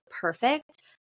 perfect